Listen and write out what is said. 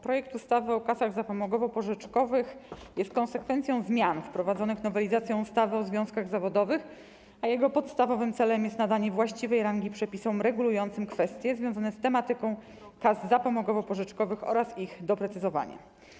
Projekt ustawy o kasach zapomogowo-pożyczkowych jest konsekwencją zmian wprowadzonych nowelizacją ustawy o związkach zawodowych, a jego podstawowym celem jest nadanie właściwej rangi przepisom regulującym kwestie związane z tematyką kas zapomogowo-pożyczkowych oraz ich doprecyzowanie.